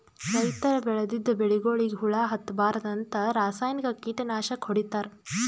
ರೈತರ್ ಬೆಳದಿದ್ದ್ ಬೆಳಿಗೊಳಿಗ್ ಹುಳಾ ಹತ್ತಬಾರ್ದ್ಂತ ರಾಸಾಯನಿಕ್ ಕೀಟನಾಶಕ್ ಹೊಡಿತಾರ್